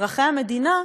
אזרחי המדינה,